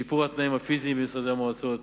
שיפור התנאים הפיזיים במשרדי המועצות,